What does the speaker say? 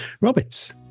roberts